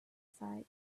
site